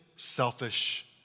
Selfish